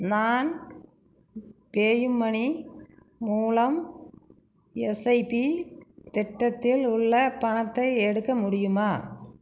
நான் பேயூமனி மூலம் எஸ்ஐபி திட்டத்தில் உள்ள பணத்தை எடுக்க முடியுமா